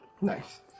Nice